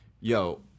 yo